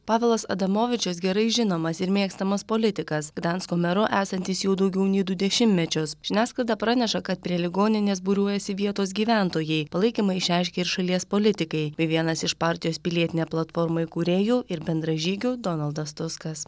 pavelas adamovičius gerai žinomas ir mėgstamas politikas gdansko meru esantis jau daugiau nei du dešimtmečius žiniasklaida praneša kad prie ligoninės būriuojasi vietos gyventojai palaikymą išreiškė ir šalies politikai bei vienas iš partijos pilietinė platforma įkūrėjų ir bendražygių donaldas tuskas